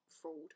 fraud